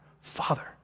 Father